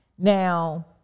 Now